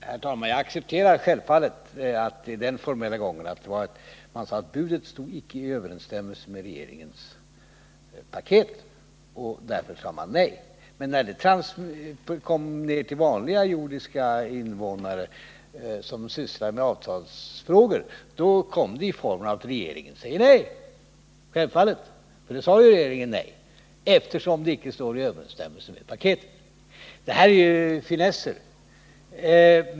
Herr talman! Jag accepterar självfallet den formella gången, att regeringen ansåg att budet icke stod i överensstämmelse med dess åtgärdspaket och att det var därför som den sade nej. När regeringens svar kom ned till vanliga jordiska invånare som sysslar med avtalsfrågor kom det självfallet i form av att ”regeringen säger nej”. Det är självklart. Regeringen sade ju nej, eftersom budet icke stod i överensstämmelse med åtgärdspaketet. Men det här är finesser.